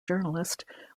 journalist